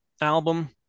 album